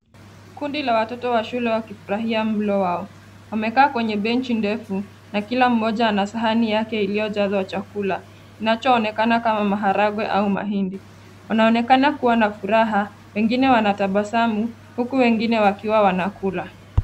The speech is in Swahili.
Kundi la watoto wa shule wakifurahia mlo wao, wamekaa kwenye benchi ndefu na kila moja ana sahani yake iliyojazwa chakula kinachoonekana kama maharagwe au mahindi, unaonekana kua na furaha pengine wanatabasamu huku wengine wakiwa wanakula.